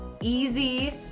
easy